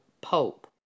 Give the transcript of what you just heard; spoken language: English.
Pope